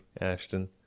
Ashton